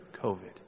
covid